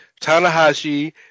Tanahashi